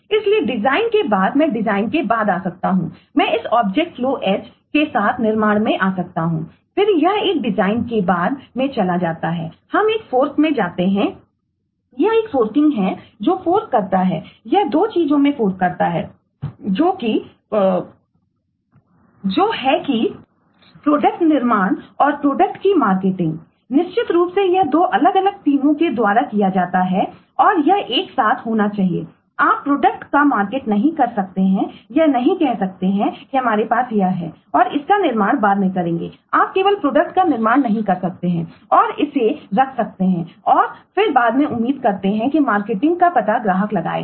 इसलिए डिजाइनका पता ग्राहक लगाएगा